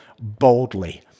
boldly